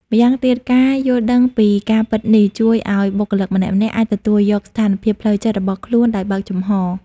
ម្យ៉ាងទៀតការយល់ដឹងពីការពិតនេះ ជួយឱ្យបុគ្គលម្នាក់ៗអាចទទួលយកស្ថានភាពផ្លូវចិត្តរបស់ខ្លួនដោយបើកចំហរ។